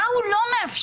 מה הוא לא מאפשר?